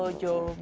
ah job.